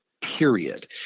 Period